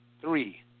Three